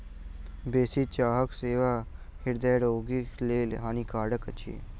बेसी चाहक सेवन हृदय रोगीक लेल हानिकारक अछि